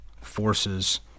forces